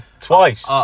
Twice